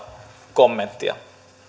kommenttia